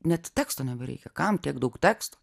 net teksto nebereikia kam tiek daug teksto